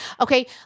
Okay